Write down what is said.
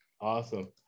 Awesome